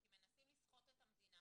ולכן -- כי מנסים לסחוט את המדינה.